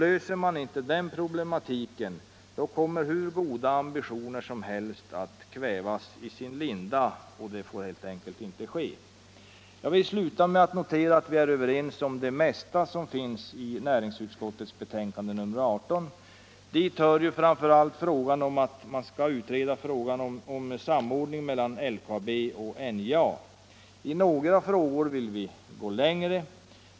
Löser man inte de problemen kommer hur goda ambitioner som helst att kvävas i sin linda, och det får helt enkelt inte ske. Jag vill sluta med att notera att vi är överens om det mesta i näringsutskottets betänkande nr 18. Dit hör bl.a. förslaget att utreda frågan om en samordning mellan LKAB och NJA. I några frågor vill vi gå längre.